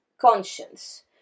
conscience